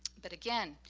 but, again,